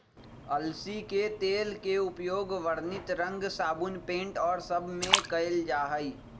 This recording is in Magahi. अलसी के तेल के उपयोग वर्णित रंग साबुन पेंट और सब में कइल जाहई